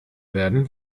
werden